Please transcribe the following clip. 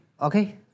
okay